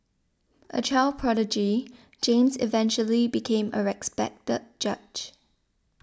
a child prodigy James eventually became a respected judge